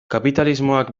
kapitalismoak